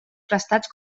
prestats